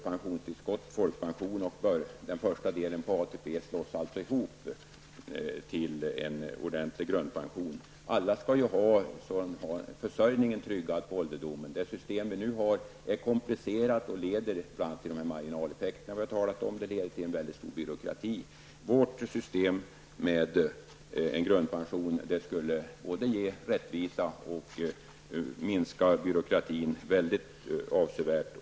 Pensionstillskott, folkpension och den första delen av ATP slås alltså ihop till en ordentlig grundpension. Alla skall ha försörjningen tryggad på ålderdomen. Det system vi nu har är komplicerat och leder bl.a. till de här marginaleffekterna som vi har talat om. Det leder till en mycket stor byråkrati. Vårt system med en grundpension skulle ge rättvisa och minska byråkratin avsevärt.